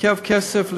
מעכב כסף לסמינרים,